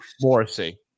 Morrissey